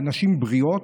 לנשים בריאות,